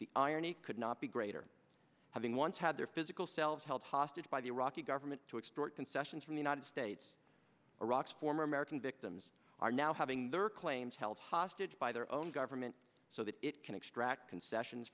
the irony could not be greater having once had their physical selves held hostage by the iraqi government to extort concessions from the united states iraq's former american victims are now having their claims held hostage by their own government so that it can extract concessions